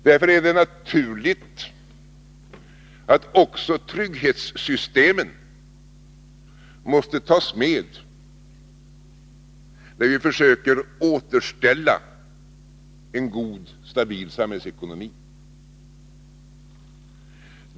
Därför är det naturligt att också trygghetssystemet måste tas med när vi försöker återställa en god, stabil samhällsekonomi.